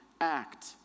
act